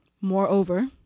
Moreover